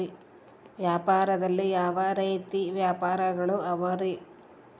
ವ್ಯಾಪಾರದಲ್ಲಿ ಯಾವ ರೇತಿ ವ್ಯಾಪಾರಗಳು ಅವರಿ?